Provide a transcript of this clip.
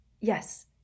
Yes